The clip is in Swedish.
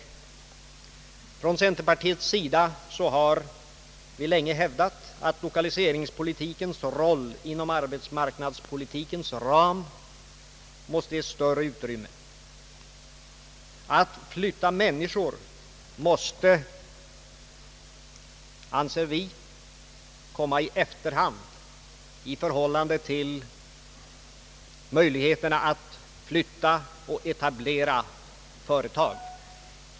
Vi inom centerpartiet har länge hävdat att lokaliseringspolitikens roll inom arbetsmarknadspolitikens ram måste ges större utrymme. Att flytta människor måste, anser vi, komma i efterhand i förhållande till möjligheterna att flytta och etablera företag ute i bygderna.